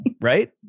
Right